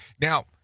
Now